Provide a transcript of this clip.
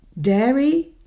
dairy